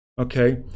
Okay